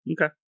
okay